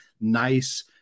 nice